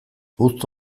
uzta